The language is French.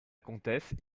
comtesse